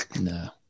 No